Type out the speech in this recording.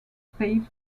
paved